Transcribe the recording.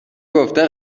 گفته